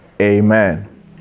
Amen